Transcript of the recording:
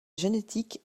génétique